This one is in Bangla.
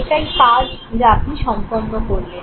এটাই কাজ যা আপনি সম্পন্ন করলেন